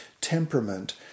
temperament